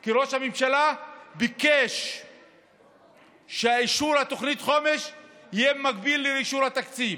כי ראש הממשלה ביקש שהאישור לתוכנית חומש יהיה מקביל לאישור התקציב.